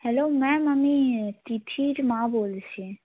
hello ma'am আমি তিথির মা বলছি